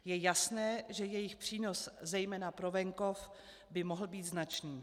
Je jasné, že jejich přínos zejména pro venkov by mohl být značný.